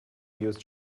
use